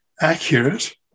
accurate